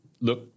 Look